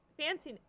Fancy